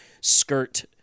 skirt